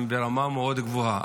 הם ברמה מאוד גבוהה,